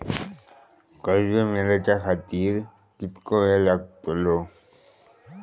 कर्ज मेलाच्या खातिर कीतको वेळ लागतलो?